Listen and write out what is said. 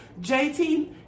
JT